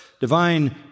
Divine